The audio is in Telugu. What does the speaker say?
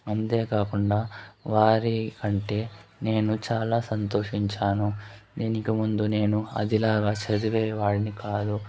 అంతేకాకుండా వారి అంటే నేను చాలా సంతోషించాను దీనికి ముందు నేను అదిలాగా చదివే వాడిని కాదు